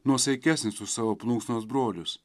nuosaikesnis už savo plunksnos brolius